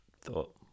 thought